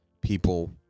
People